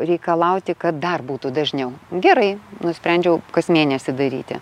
reikalauti kad dar būtų dažniau gerai nusprendžiau kas mėnesį daryti